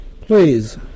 please